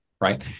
right